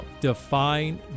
Define